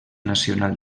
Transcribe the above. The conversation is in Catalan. nacional